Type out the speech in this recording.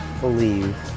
believe